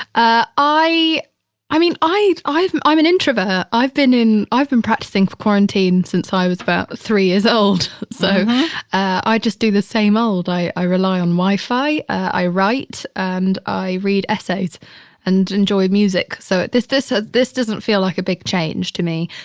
i i i mean, i, i'm an introvert. i've been in, i've been practicing quarantine since i was about three years old. so i just do the same old. i i rely on wi-fi. i write and i read essays and enjoyed music. so there's, this, ah this doesn't feel like a big change to me.